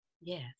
Yes